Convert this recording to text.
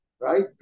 right